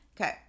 Okay